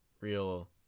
real